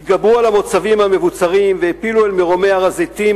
התגברו על המוצבים המבוצרים והעפילו אל מרומי הר-הזיתים,